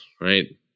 right